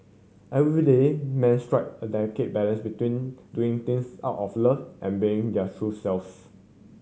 everyday men strike a delicate balance between doing things out of love and being their true selves